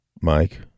Mike